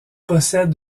possèdent